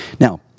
Now